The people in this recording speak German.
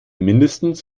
mindestens